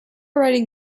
writing